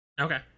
Okay